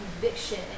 conviction